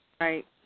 Right